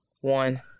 One